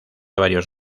varios